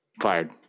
Fired